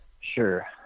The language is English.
Sure